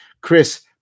Chris